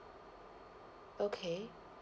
okay